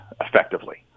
effectively